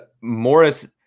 Morris